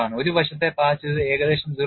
ഒരു വശത്തെ പാച്ച് ഇത് ഏകദേശം 0